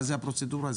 מה הפרוצדורה הזאת?